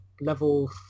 level